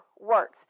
works